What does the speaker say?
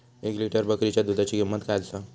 एक लिटर बकरीच्या दुधाची किंमत काय आसा?